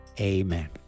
Amen